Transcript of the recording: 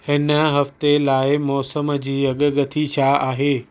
हिन हफ़्ते लाइ मौसम जी अॻकथी छा आहे